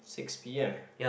six P_M